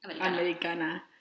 americana